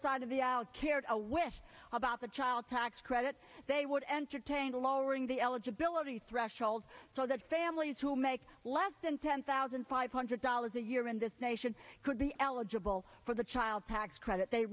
side of the aisle care to wish about the child tax credit they would entertain lowering the eligibility threshold so that families who make less than ten thousand five hundred dollars a year in this nation could be eligible for the child tax credit they